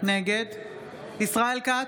נגד ישראל כץ,